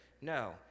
No